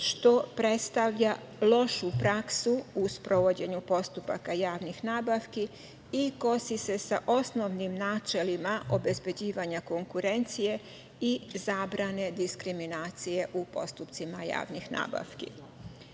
što predstavlja lošu praksu u sprovođenju postupaka javnih nabavki i kosi se sa osnovnim načelima obezbeđivanjima konkurencije i zabrane diskriminacije u postupcima javnih